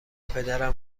پدرم